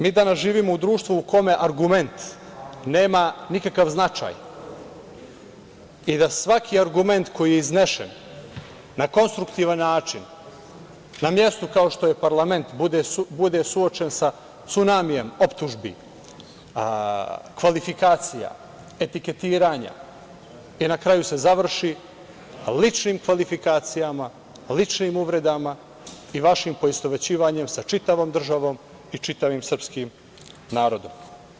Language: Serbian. Mi danas živimo u društvu u kome argument nema nikakav značaj i da svaki argument koji je iznesen na konstruktivni način na mestu kao što je parlament bude suočen sa cunamijem optužbi, kvalifikacija, etiketiranja i na kraju se završi ličnim kvalifikacijama, ličnim uvredama i vašim poistovećivanjem sa čitavom državom i čitavim srpskim narodom.